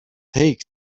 take